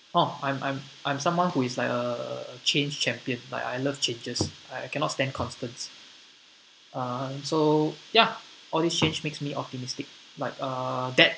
oh I'm I'm I'm someone who is like a uh change champion like I love changes I cannot stand constance uh so ya all this change makes me optimistic but uh that